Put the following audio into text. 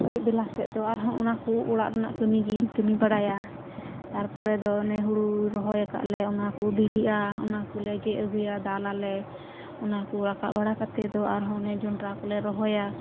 ᱟᱹᱭᱩᱵ ᱵᱮᱞᱟ ᱥᱮᱪᱫᱚ ᱟᱨᱦᱚᱸ ᱚᱱᱟᱠᱚ ᱚᱲᱟᱜ ᱨᱮᱱᱟᱜ ᱠᱟᱹᱢᱤᱜᱮᱧ ᱠᱟᱹᱢᱤ ᱵᱟᱲᱟᱭᱟ ᱛᱟᱨᱯᱚᱨᱮ ᱫᱚ ᱚᱱᱮ ᱦᱩᱲᱩ ᱨᱚᱦᱚᱭ ᱟᱠᱟᱫᱞᱮ ᱚᱱᱟᱠᱚ ᱵᱤᱞᱤᱜᱼᱟ ᱚᱱᱟᱠᱚᱞᱮ ᱜᱮᱫ ᱟᱹᱜᱩᱭᱟ ᱫᱟᱞᱟᱞᱮ ᱚᱱᱟᱠᱚ ᱨᱟᱠᱟᱵ ᱵᱟᱲᱟ ᱠᱟᱛᱮᱫ ᱫᱚ ᱟᱨᱦᱚᱸ ᱚᱱᱮ ᱡᱚᱸᱰᱨᱟ ᱠᱚᱞᱮ ᱨᱚᱦᱚᱭᱟ